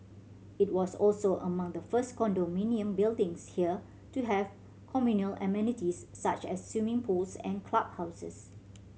it was also among the first condominium buildings here to have communal amenities such as swimming pools and clubhouses